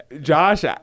Josh